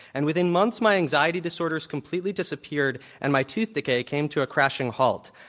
and within months my anxiety disorders completely disappeared and my tooth decay came to a crashing halt.